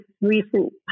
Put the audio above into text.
recent